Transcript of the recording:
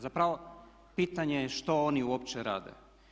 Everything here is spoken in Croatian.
Zapravo pitanje je što oni uopće rade.